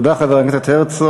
תודה, חבר הכנסת הרצוג.